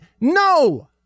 No